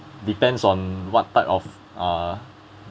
depends on what type of uh